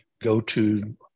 go-to